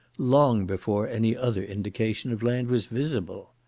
long before any other indication of land was visible.